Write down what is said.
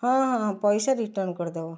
ହଁ ହଁ ହଁ ପଇସା ରିଟର୍ଣ୍ଣ କରି ଦବ